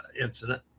incident